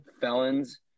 felons